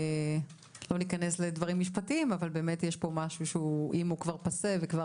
לא ניכנס לדברים משפטיים יש פה משהו שאם הוא כבר פאסה וכבר